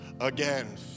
again